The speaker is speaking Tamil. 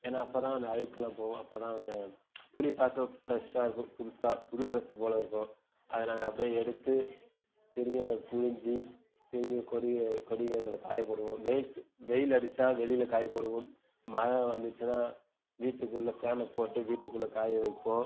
ஏன்னால் அப்போதான் அந்த அழுக்கெல்லாம் போகும் அப்போதான் அந்த துணி பார்க்குறப்ப ஃப்ரெஷ்ஷாக இருக்கும் புதுசாக புது ட்ரெஸ்ஸு போல் இருக்கும் அதை நாங்கள் அப்படியே எடுத்து திரும்பி அதை புழிஞ்சி திரும்பியும் கொடி கொடிகளில் அதை காய போடுவோம் வெயிலுக்கு வெயில் அடித்தா வெளியில் காயப் போடுவோம் மழை வந்துச்சுன்னால் வீட்டுக்குள்ளே ஃபேனை போட்டு வீட்டுக்குள்ளே காய வைப்போம்